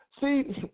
See